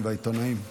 והעיתונאים.